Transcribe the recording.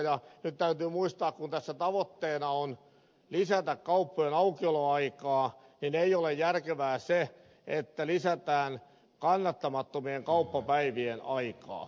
ja nyt täytyy muistaa kun tässä tavoitteena on lisätä kauppojen aukioloaikaa että ei ole järkevää se että lisätään kannattamattomien kauppapäivien aikaa